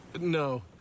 No